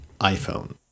iPhone